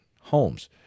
homes